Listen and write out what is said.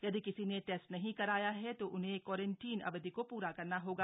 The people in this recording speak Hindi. यदि किसी ने टेस्ट नहीं कराया है तो उन्हें क्वारंटीन अवधि को पूरा करना होगा